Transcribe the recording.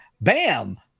bam